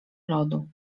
lodu